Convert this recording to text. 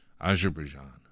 Azerbaijan